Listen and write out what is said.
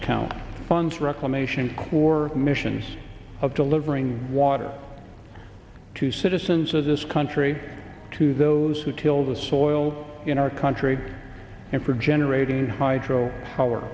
account funds reclamation core missions of delivering water to citizens of this country to those who kill the soil in our country and for generating hydro powe